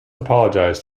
apologize